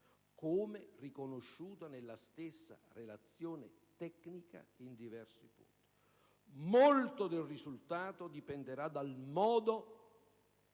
come riconosciuto nella stessa Relazione tecnica in diversi punti. Molto del risultato dipenderà dal modo